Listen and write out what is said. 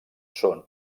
són